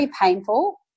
painful